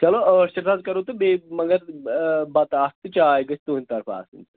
چلو ٲٹھ شَتھ حظ کَرو تہٕ بیٚیہِ مگر بَتہٕ اکھ تہٕ چاے گژھِ تُہٕنٛدِ طرفہٕ آسٕنۍ